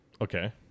Okay